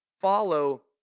follow